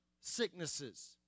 sicknesses